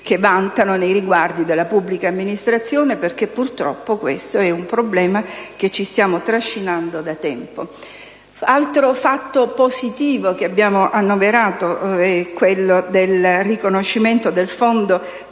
vantano nei riguardi della pubblica amministrazione perché, purtroppo, questo è un problema che ci stiamo trascinando da tempo. Un altro fatto positivo che abbiamo annoverato è il riconoscimento del Fondo per